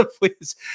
Please